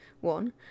One